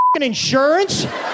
insurance